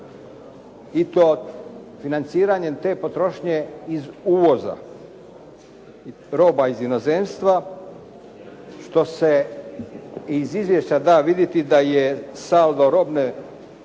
i to financiranjem te potrošnje iz uvoza roba iz inozemstva što se iz izvješća da vidjeti da je saldo robne